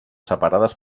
separades